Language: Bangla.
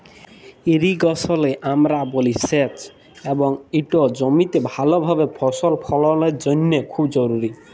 ইরিগেশলে আমরা বলি সেঁচ এবং ইট জমিতে ভালভাবে ফসল ফললের জ্যনহে খুব জরুরি